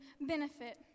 benefit